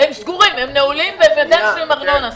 העדכון והביצוע זה הדיווח.